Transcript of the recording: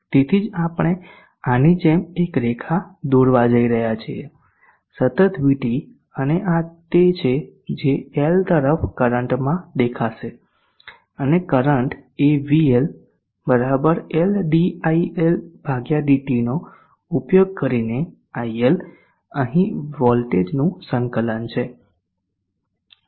તેથી જ આપણે આની જેમ એક રેખા દોરવા જઈ રહ્યા છીએ સતત VT અને આ તે છે જે L તરફ કરંટમાં દેખાશે અને કરંટ એ VL L diLdt નો ઉપયોગ કરીને il અહીં વોલ્ટેજનું સંકલન છે